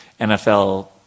NFL